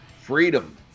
Freedom